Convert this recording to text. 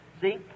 See